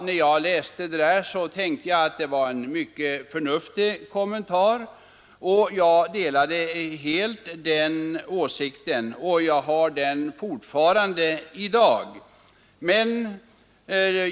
När jag läste detta tänkte jag att det var en mycket förnuftig kommentar. Jag delade helt den åsikten och har den fortfarande.